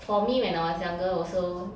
for me when I was younger also